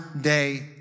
day